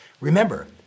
Remember